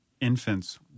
infants